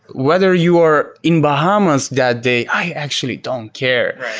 whether you are in bahamas that day, i actually don't care.